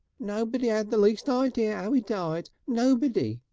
nobody ad the least idea ow e died nobody.